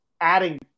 adding